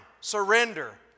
Surrender